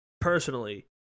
personally